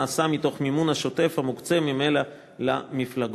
נעשה מתוך המימון השוטף המוקצה ממילא למפלגות.